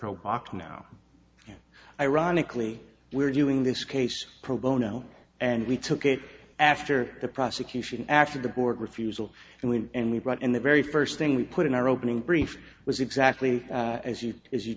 kobach now ironically we're doing this case pro bono and we took it after the prosecution after the board refusal and when and we brought in the very first thing we put in our opening brief was exactly as you as you